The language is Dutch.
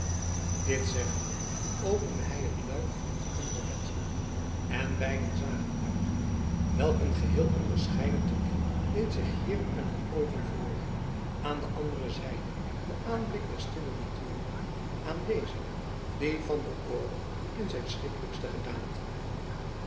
dit zeggende opende hij het luik van het andere venster en beiden zagen uit welk een geheel onderscheiden tooneel deed zich hier aan hun oogen voor aan de andere zijde de aanblik der stille natuur aan deze die van den oorlog in zijn schrikkelijkste gedaante